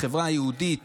בחברה היהודית,